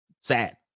Sad